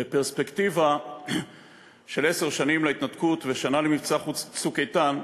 בפרספקטיבה של עשר שנים להתנתקות ושנה למבצע "צוק איתן",